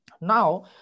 Now